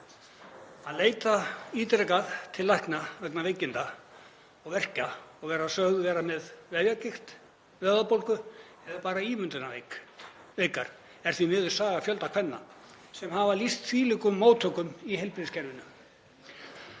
Að leita ítrekað til lækna vegna veikinda, verkja og vera sögð vera með vefjagigt, vöðvabólgu eða vera bara ímyndunarveik er því miður saga fjölda kvenna sem hafa lýst þvílíkum móttökum í heilbrigðiskerfinu.